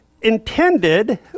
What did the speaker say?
intended